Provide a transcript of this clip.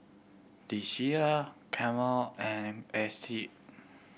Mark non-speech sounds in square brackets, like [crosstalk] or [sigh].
The Shilla Camel and [unintelligible]